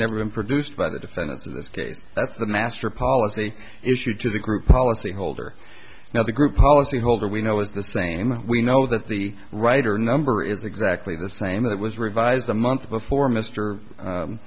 never been produced by the defendants in this case that's the master policy issue to the group policy holder now the group policy holder we know is the same we know that the writer number is exactly the same that was revised a month before m